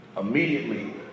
Immediately